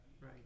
Right